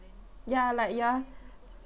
ya like ya